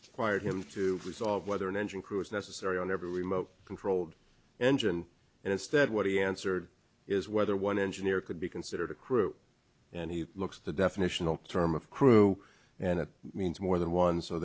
hired him to resolve whether an engine crew was necessary on every remote controlled engine and instead what he answered is whether one engineer could be considered a crew and he looks the definitional term of crew and it means more than one so